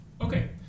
Okay